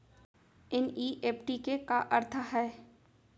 NEFT के का अर्थ है?